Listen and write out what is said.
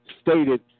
stated